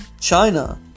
China